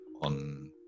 on